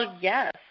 yes